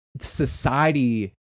society